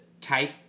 type